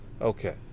Okay